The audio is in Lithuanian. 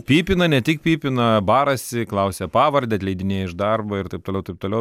pypina ne tik pypina barasi klausia pavardę atleidinėja iš darbo ir taip toliau taip toliau